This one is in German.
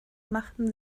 machten